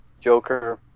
Joker